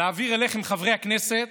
להעביר אליכם, חברי הכנסת,